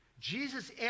jesus